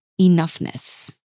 enoughness